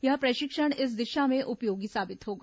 यह प्रशिक्षण इस दिशा में उपयोगी साबित होगा